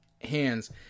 hands